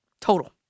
total